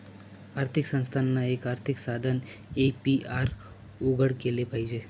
आर्थिक संस्थानांना, एक आर्थिक साधन ए.पी.आर उघडं केलं पाहिजे